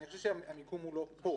אני חושב שהמיקום הוא לא פה,